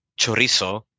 chorizo